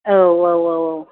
औ औ औ